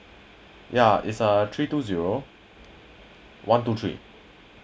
ya is uh three two zero one two three